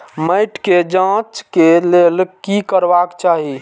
मैट के जांच के लेल कि करबाक चाही?